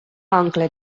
oncle